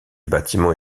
bâtiment